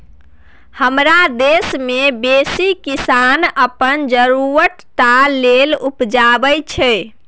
हमरा देश मे बेसी किसान अपन जरुरत टा लेल उपजाबै छै